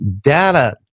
data